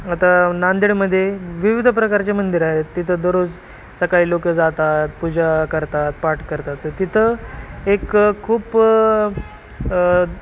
आता नांदेडमध्ये विविध प्रकारचे मंदिरं आहेत तिथं दररोज सकाळी लोकं जातात पूजा करतात पाठ करतात तर तिथं एकं खूप